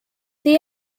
they